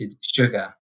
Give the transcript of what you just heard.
sugar